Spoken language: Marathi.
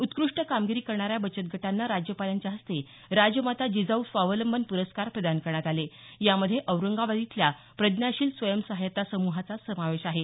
उत्कृष्ट कामगिरी करणाऱ्या बचतगटांना राज्यपालांच्या हस्ते राजमाता जिजाऊ स्वावलंबन प्रस्कार प्रदान करण्यात आले यामध्ये औरंगाबाद इथल्या प्रज्ञाशील स्वयंसहाय्यता समूहाचा समावेश आहे